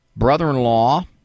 brother-in-law